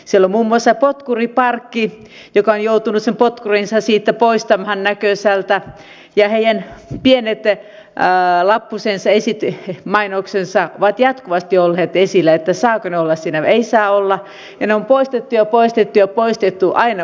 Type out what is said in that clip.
siellä on muun muassa potkuriparkki joka on joutunut sen potkurinsa poistamaan näkösältä ja heidän pienet lappusensa mainoksensa ovat jatkuvasti olleet esillä että saavatko ne olla siinä vai eivätkö saa olla ja ne on poistettu ja poistettu ja poistettu aina uudestaan